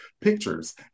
pictures